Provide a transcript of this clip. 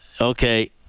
Okay